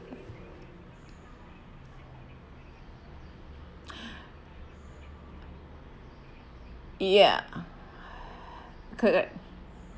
ya correct